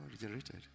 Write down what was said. regenerated